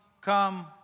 come